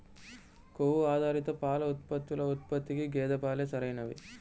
కొవ్వు ఆధారిత పాల ఉత్పత్తుల ఉత్పత్తికి గేదె పాలే సరైనవి